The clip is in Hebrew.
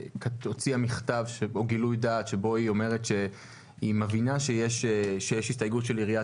הוציאה גילוי דעת שבו היא אומרת שהיא מבינה שיש הסתייגות של עיריית